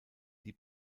die